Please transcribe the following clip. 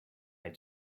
they